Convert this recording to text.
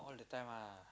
all the time ah